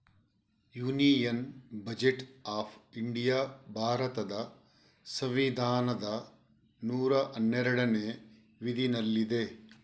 union budget of India ಭಾರತದ ಸಂವಿಧಾನದ ನೂರಾ ಹನ್ನೆರಡನೇ ವಿಧಿನಲ್ಲಿದೆ